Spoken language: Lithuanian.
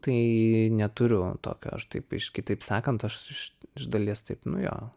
tai neturiu tokio aš taip iš kitaip sakant aš iš iš dalies taip nuo jo